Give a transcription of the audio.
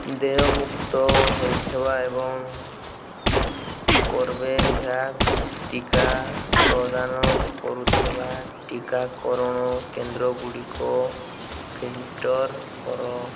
ଦେୟମୁକ୍ତ ହୋଇଥିବା ଏବଂ କର୍ବେଭ୍ୟାକ୍ସ ଟିକା ପ୍ରଦାନ କରୁଥିବା ଟିକାକରଣ କେନ୍ଦ୍ର ଗୁଡ଼ିକ ଫିଲଟର୍ କର